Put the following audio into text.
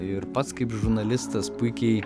ir pats kaip žurnalistas puikiai